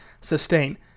sustain